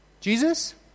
Jesus